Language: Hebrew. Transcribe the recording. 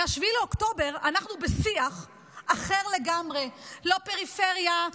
מ-7 באוקטובר אנחנו בשיח אחר לגמרי: לא פריפריה,